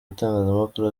itangazamakuru